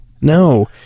no